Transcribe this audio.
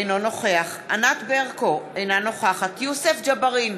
אינו נוכח ענת ברקו, אינה נוכחת יוסף ג'בארין,